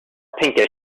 pinkish